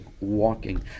walking